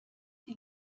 die